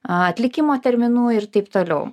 atlikimo terminų ir taip toliau